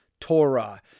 Torah